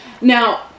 now